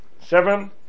Seven